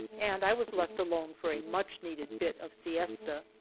and i was left alone for a much-needed bit of siesta.